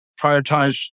Prioritize